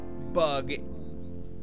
bug